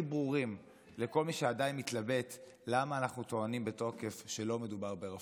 ברורים לכל מי שעדיין מתלבט למה אנחנו טוענים בתוקף שלא מדובר ברפורמה.